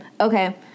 Okay